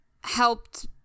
helped